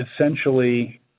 essentially